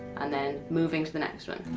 and then moving to the next one.